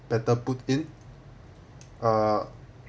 better put in uh